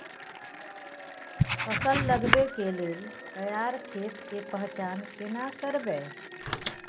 फसल लगबै के लेल तैयार खेत के पहचान केना करबै?